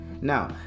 Now